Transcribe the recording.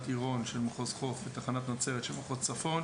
עירון של מחוז חוף ותחנת נצרת של מחוז צפון.